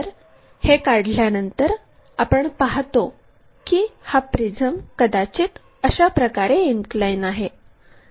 तर हे काढल्यानंतर आपण पाहतो की हा प्रिझम कदाचित अशाप्रकारे इनक्लाइन आहे